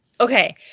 Okay